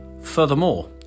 Furthermore